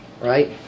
Right